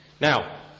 Now